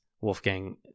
Wolfgang